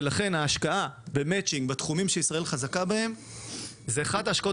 ולכן ההשקעה במצ׳ינג בתחומים שישראל חזקה בהם זה אחת ההשקעות